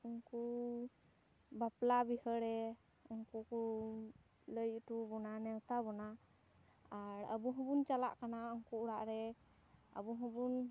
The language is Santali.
ᱩᱱᱠᱩ ᱵᱟᱯᱞᱟ ᱵᱤᱦᱟᱹ ᱨᱮ ᱩᱱᱠᱩ ᱠᱚ ᱞᱟᱹᱭ ᱚᱴᱚ ᱟᱵᱚᱱᱟ ᱱᱮᱣᱛᱟ ᱵᱚᱱᱟ ᱟᱨ ᱟᱵᱚ ᱦᱚᱸᱵᱚᱱ ᱪᱟᱞᱟᱜ ᱠᱟᱱᱟ ᱩᱱᱠᱩ ᱚᱲᱟᱜ ᱨᱮ ᱟᱵᱚ ᱦᱚᱸᱵᱚᱱ